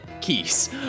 keys